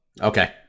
okay